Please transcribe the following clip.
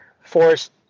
forced